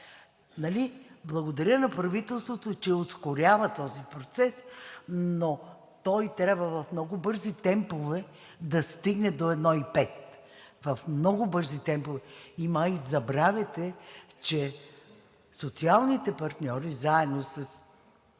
благодаря на правителството, че ускорява този процес, но той трябва в много бързи темпове да стигне до 1,5. В много бързи темпове! Май забравяте, че социалните партньори заедно с